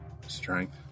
strength